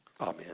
Amen